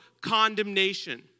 condemnation